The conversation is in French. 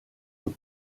aux